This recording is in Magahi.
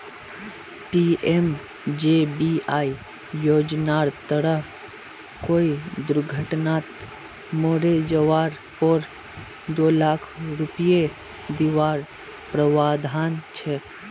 पी.एम.जे.बी.वाई योज्नार तहत कोए दुर्घत्नात मोरे जवार पोर दो लाख रुपये दुआर प्रावधान छे